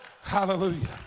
Hallelujah